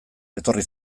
etorri